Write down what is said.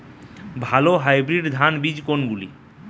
ভালো হাইব্রিড ধান বীজ কোনগুলি?